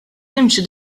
nimxu